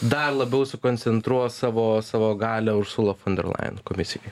dar labiau sukoncentruos savo savo galią ursula fon der lajen komisijoj